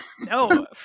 No